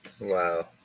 Wow